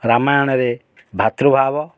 ରାମାୟଣରେ ଭାତୃଭାବ